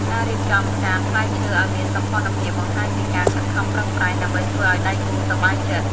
ការរៀបចំចានផ្លែឈើឱ្យមានសោភ័ណភាព បង្ហាញពីការខិតខំប្រឹងប្រែងដើម្បីធ្វើឱ្យដៃគូសប្បាយចិត្ត។